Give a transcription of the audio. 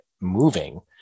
moving